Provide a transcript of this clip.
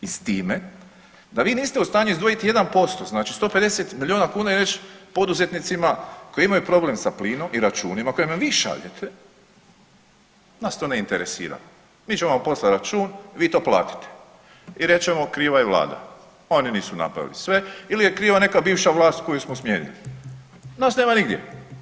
I s time da vi niste u stanju izdvojiti 1% znači 150 miliona kuna i reći poduzetnicima koji imaju problem sa plinom i računima koje im vi šaljete, nas to ne interesira, mi ćemo vam poslati račun, vi to platite i reći ćemo kriva je vlada, oni nisu napravili sve ili je kriva neka bivša vlast koju smo smijenili, nas nema nigdje.